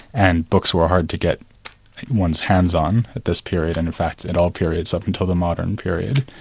and books were hard to get one's hands on at this period, and in fact at all periods up until the modern period.